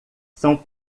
são